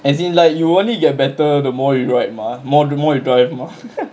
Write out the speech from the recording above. as in like you only get better the more you ride mah the more the more you drive mah